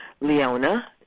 Leona